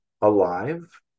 alive